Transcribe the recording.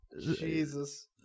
Jesus